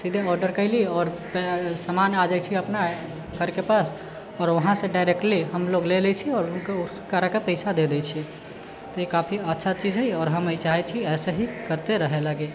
सीधे ऑर्डर कैली आओर समान आ जाइत छै अपना घरके पास आओर वहाँ से डाइरेकटली हमलोग ले लय छियै आओर करैके पैसा दे दै छियै तऽ ई काफी अच्छा चीज छै आओर हम ई चाहैत छियै ऐसे ही करते रहय लागि